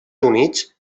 units